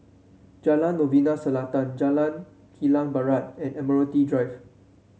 Jalan Novena Selatan Jalan Kilang Barat and Admiralty Drive